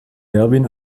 erwin